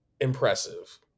impressive